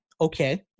okay